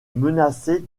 menaçait